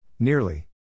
Nearly